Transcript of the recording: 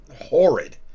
horrid